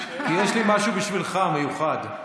כי יש לי משהו מיוחד בשבילך.